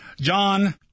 John